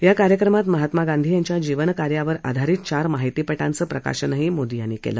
या कार्यक्रमात महात्मा गांधी यांच्या जीवनकार्यावर आधारित चार माहितीपटांचं प्रकाशनही मोदी यांनी केलं